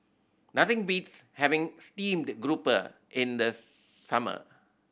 nothing beats having steamed grouper in the summer